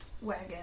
wagon